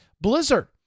Blizzard